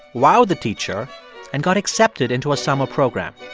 wowed the teacher and got accepted into a summer program.